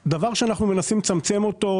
דבר שאנחנו מנסים לצמצם אותו,